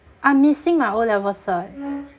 I'm missing my O-level cert